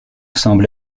semble